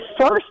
first